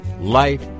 light